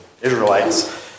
Israelites